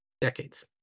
decades